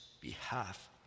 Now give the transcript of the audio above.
behalf